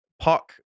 Puck